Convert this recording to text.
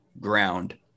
ground